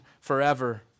forever